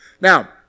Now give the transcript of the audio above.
Now